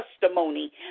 testimony